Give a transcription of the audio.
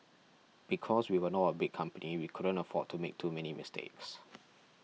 because we were not a big company we couldn't afford to make too many mistakes